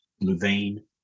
Louvain